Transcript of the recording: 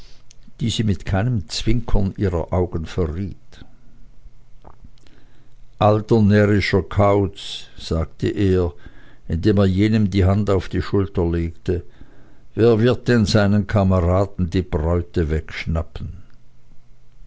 die sie mit keinem zwinkern ihrer augen verriet aber närrischer kauz sagte er indem er jenem die hand auf die schulter legte wer wird denn seinen kameraden die bräute wegschnappen